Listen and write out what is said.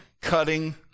cutting